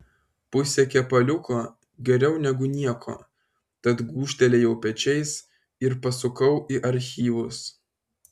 pusė kepaliuko geriau negu nieko tad gūžtelėjau pečiais ir pasukau į archyvus